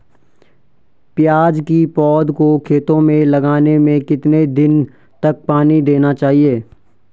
प्याज़ की पौध को खेतों में लगाने में कितने दिन तक पानी देना चाहिए?